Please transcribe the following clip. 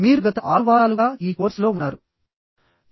మీరు గత 6 వారాలుగా ఈ కోర్సులో ఉన్నారు